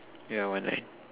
ya one line